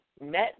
met